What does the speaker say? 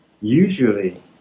Usually